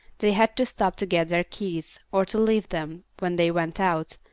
they had to stop to get their keys, or to leave them when they went out,